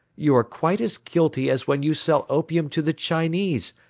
you are quite as guilty as when you sell opium to the chinese,